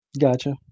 Gotcha